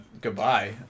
goodbye